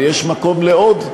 ויש מקום לעוד.